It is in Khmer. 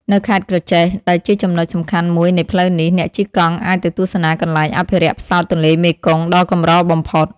នៅខេត្តក្រចេះ ដែលជាចំណុចសំខាន់មួយនៃផ្លូវនេះ អ្នកជិះកង់អាចទៅទស្សនាកន្លែងអភិរក្សផ្សោតទន្លេមេគង្គដ៏កម្របំផុត។